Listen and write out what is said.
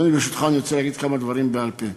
אדוני, ברשותך, אני רוצה להגיד כמה דברים בעל-פה.